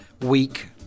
Week